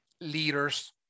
leaders